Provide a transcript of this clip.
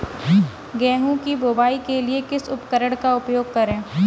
गेहूँ की बुवाई के लिए किस उपकरण का उपयोग करें?